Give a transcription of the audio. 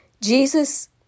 Jesus